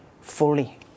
fully